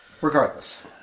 regardless